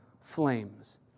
flames